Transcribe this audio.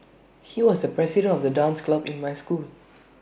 he was the president of the dance club in my school